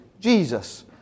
Jesus